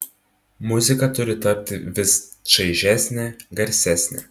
muzika turi tapti vis čaižesnė garsesnė